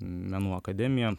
menų akademiją